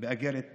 באגרת גודש.